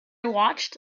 watched